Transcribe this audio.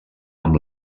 amb